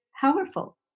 powerful